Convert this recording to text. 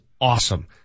awesome